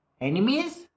enemies